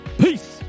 peace